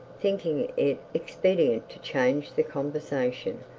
thinking it expedient to change the conversation.